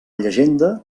llegenda